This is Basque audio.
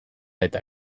eta